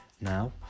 now